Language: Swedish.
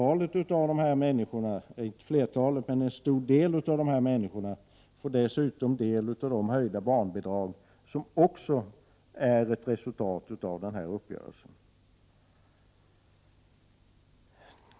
En stor del av dessa människor får dessutom del av de höjda barnbidrag som också är ett resultat av denna uppgörelse.